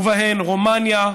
ובהן רומניה,